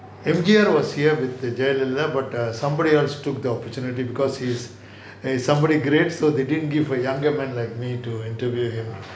M_G_R was here with the jayalalithaa but err somebody else took the opportunity because he's err somebody great so they didn't give a younger man like me to interview him